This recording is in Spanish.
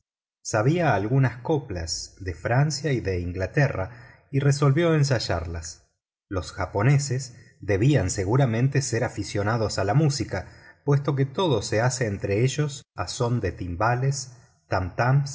sabía algunas coplas de francia y de inglaterra y resolvió ensayarlas los japoneses debían seguramente ser aficionados a la música puesto que todo se hace entre ellos a son de timbales tamtams y